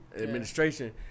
administration